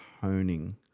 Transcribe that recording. honing